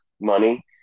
money